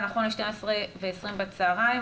נכון ל-12:20 בצוהריים.